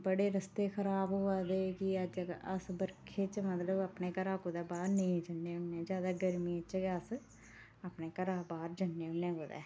बड़े रस्ते खराब होआ दे कि हर जगह अस बर्खें च मतलब अपने घरा कुतै बाहर नेईं जन्ने हुन्ने ज्यादा गर्मियें च गै अस्स अपने घरा बाहर जन्ने होन्ने कुतै